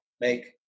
make